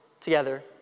together